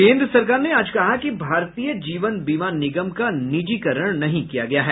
केन्द्र सरकार ने आज कहा कि भारतीय जीवन बीमा निगम का निजीकरण नहीं किया गया है